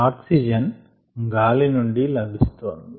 oxygen గాలి నుండి లభిస్తోంది